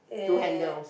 two handles